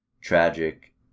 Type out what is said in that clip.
tragic